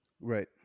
Right